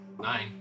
nine